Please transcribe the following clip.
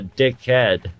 dickhead